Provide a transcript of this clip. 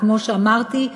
וכמו שאמרתי,